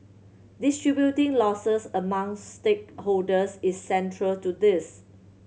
distributing losses among stakeholders is central to this